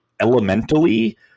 elementally